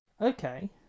Okay